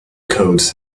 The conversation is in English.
codes